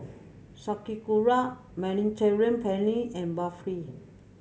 Sauerkraut Mediterranean Penne and Barfi